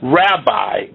rabbi